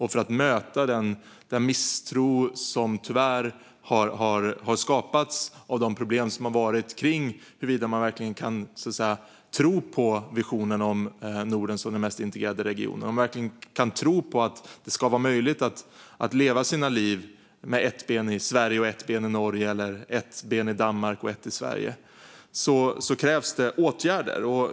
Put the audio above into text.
För att möta den misstro som tyvärr har skapats av de problem som har funnits kring huruvida man verkligen kan tro på visionen om Norden som den mest integrerade regionen och på att det ska vara möjligt att leva sitt liv med ett ben i Sverige och ett ben i Norge eller med ett ben i Danmark och ett i Sverige krävs det åtgärder.